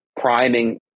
priming